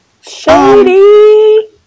Shady